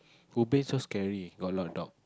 ubin so scary got a lot of dog